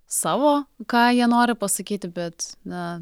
savo ką jie nori pasakyti bet na